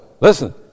Listen